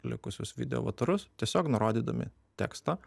likusius video avatarus tiesiog nurodydami tekstą